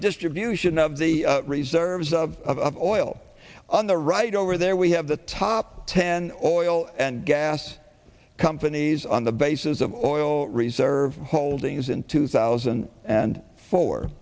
distribution of the reserves of oil on the right over there we have the top ten all and gas companies on the basis of oil reserve holdings in two thousand and four